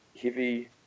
heavy